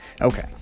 Okay